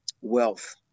wealth